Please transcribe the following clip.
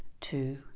two